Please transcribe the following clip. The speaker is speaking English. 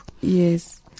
Yes